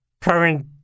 current